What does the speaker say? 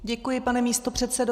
Děkuji, pane místopředsedo.